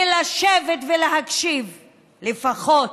ולשבת ולהקשיב לפחות.